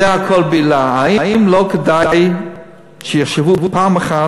האם לא כדאי שיחשבו פעם אחת